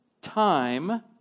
time